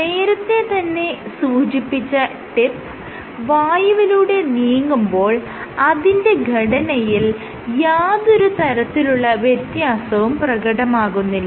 നേരത്തെ ഞാൻ സൂചിപ്പിച്ച ടിപ്പ് വായുവിലൂടെ നീങ്ങുമ്പോൾ അതിന്റെ ഘടനയിൽ യാതൊരു തരത്തിലുള്ള വ്യത്യാസവും പ്രകടമാകുന്നില്ല